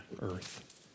earth